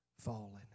fallen